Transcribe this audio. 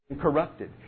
corrupted